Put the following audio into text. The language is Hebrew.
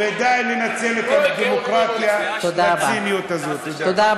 ודי לנצל את הדמוקרטיה, תודה רבה.